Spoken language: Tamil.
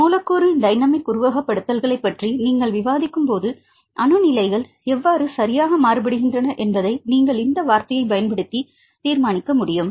மூலக்கூறு டைனமிக் உருவகப்படுத்துதல்களைப் பற்றி நீங்கள் விவாதிக்கும்போது அணு நிலைகள் எவ்வாறு சரியாக மாறுபடுகின்றன என்பதை நீங்கள் இந்த வார்த்தையைப் பயன்படுத்தி தீர்மானிக்க முடியும்